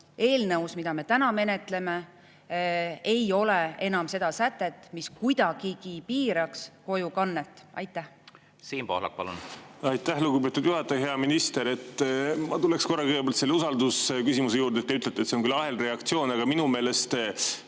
eelnõus, mida me täna menetleme, enam seda sätet, mis kuidagigi piiraks kojukannet. Siim Pohlak, palun! Aitäh, lugupeetud juhataja! Hea minister! Ma tuleks korra kõigepealt selle usaldusküsimuse juurde. Te küll ütlesite, et see on ahelreaktsioon, aga minu meelest